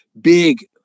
big